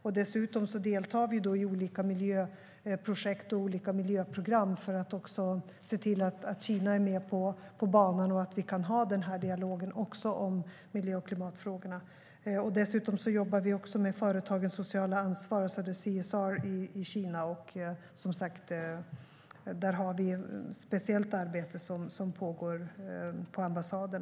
Vi deltar även i olika miljöprojekt och miljöprogram för att se till att Kina är med på banan och att vi kan ha denna dialog också om miljö och klimatfrågorna. Dessutom jobbar vi med företagens sociala ansvar, CSR, i Kina. Där har vi ett speciellt arbete som pågår också på ambassaden.